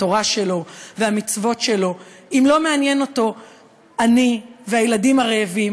התורה שלו והמצוות שלו אם לא מעניינים אותו אני והילדים הרעבים?